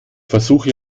versuche